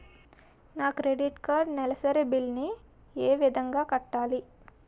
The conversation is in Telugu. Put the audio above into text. నా క్రెడిట్ కార్డ్ నెలసరి బిల్ ని ఏ విధంగా కట్టాలి?